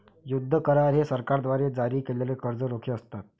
युद्ध करार हे सरकारद्वारे जारी केलेले कर्ज रोखे असतात